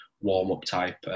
warm-up-type